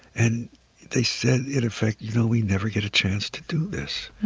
and they said, in effect, you know, we never get a chance to do this.